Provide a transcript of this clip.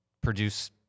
produce